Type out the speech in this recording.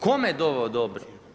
Kome je doveo dobro?